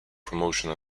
promotion